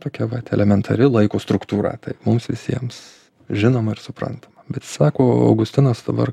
tokia vat elementari laiko struktūra tai mums visiems žinoma ir suprantama bet sako augustinas dabar